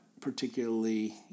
particularly